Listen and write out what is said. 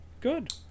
Good